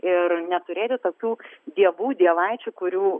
ir neturėti tokių dievų dievaičių kurių